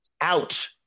out